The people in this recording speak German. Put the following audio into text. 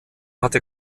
hatte